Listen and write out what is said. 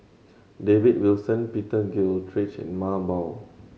David Wilson Peter Gilchrist and Mah Bow Tan